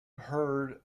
heard